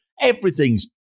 Everything's